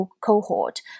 cohort